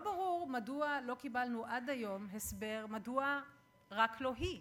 לא ברור מדוע לא קיבלנו עד היום הסבר מדוע רק לא היא,